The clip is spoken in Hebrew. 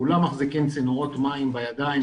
כולם מחזיקים צינור מים בידיים,